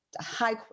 high